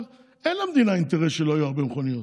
אין למדינה אינטרס שלא יהיו הרבה מכוניות.